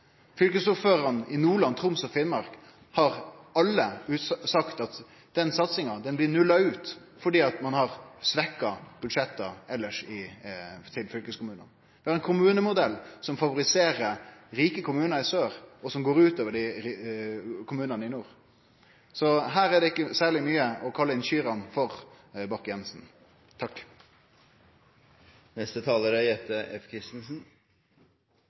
Fylkesordførarane i Nordland, Troms og Finnmark har alle sagt at den satsinga blir nulla ut, fordi ein har svekkja budsjetta til fylkeskommunane. Vi har ein kommunemodell som favoriserer rike kommunar i sør, og som går ut over kommunane i nord. Så her er det ikkje særleg mykje å kalle inn kyrne for,